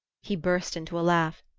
he burst into a laugh.